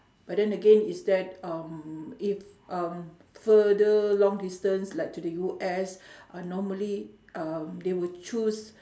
but then again is that um if um further long distance like to the U_S uh normally um they will choose